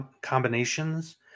combinations